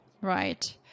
Right